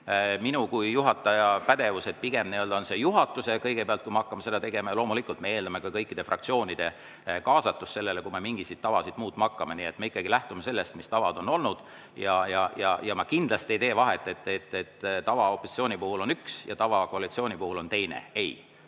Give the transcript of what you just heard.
minu kui juhataja pädevus, pigem on see juhatuse pädevus. Kui me hakkame seda tegema, siis me loomulikult eeldame ka kõikide fraktsioonide kaasatust, kui me mingeid tavasid muutma hakkame. Nii et me ikkagi lähtume sellest, mis tavad on olnud. Ma kindlasti ei tee vahet, et tava opositsiooni puhul on üks ja tava koalitsiooni puhul on teine. Ei,